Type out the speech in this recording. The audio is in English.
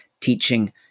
teaching